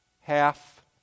half